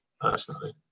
personally